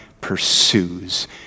pursues